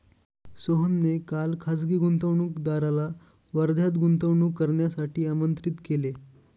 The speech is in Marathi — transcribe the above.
सोहनने काल खासगी गुंतवणूकदाराला वर्ध्यात गुंतवणूक करण्यासाठी आमंत्रित केले